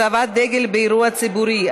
הצבת דגל באירוע ציבורי),